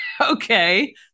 Okay